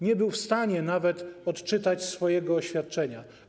Nie był w stanie nawet odczytać swojego oświadczenia.